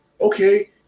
Okay